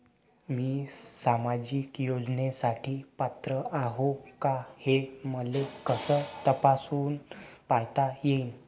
मी सामाजिक योजनेसाठी पात्र आहो का, हे मले कस तपासून पायता येईन?